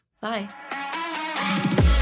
Bye